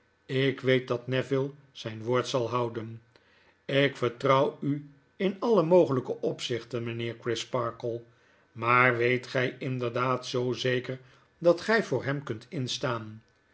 ik weet dat neville zyn woord zal houden lk vertrouw u in alle mogelyke opzichten mynheer crisparkle maar weet gij inderdaad zoo zeker dat gy voor hem kunt instaan